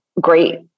great